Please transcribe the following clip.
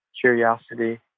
curiosity